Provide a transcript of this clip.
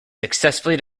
successfully